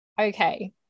Okay